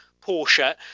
Porsche